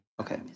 Okay